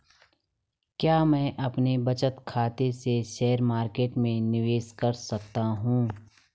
क्या मैं अपने बचत खाते से शेयर मार्केट में निवेश कर सकता हूँ?